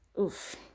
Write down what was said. oof